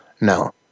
No